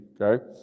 okay